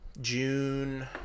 June